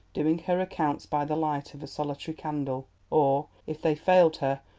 doing her accounts by the light of a solitary candle, or, if they failed her,